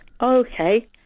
Okay